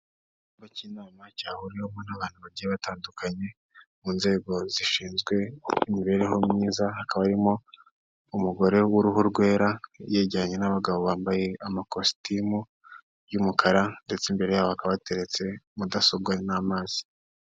Icyumba cy'inama cyahuriwemo n'abantu bagiye batandukanye, mu nzego zishinzwe imibereho myiza, hakaba harimo umugore w'uruhu rwera, yegeranye n'abagabo bambaye amakositimu y'umukara, ndetse imbere yabo hakaba hateretse mudasobwa n'amazi.